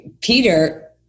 Peter